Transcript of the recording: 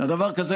דבר כזה,